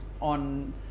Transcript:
on